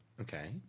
Okay